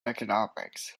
economics